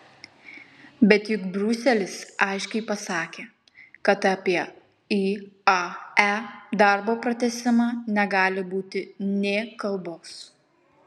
bet juk briuselis aiškiai pasakė kad apie iae darbo pratęsimą negali būti nė kalbos